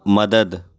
مدد